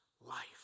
life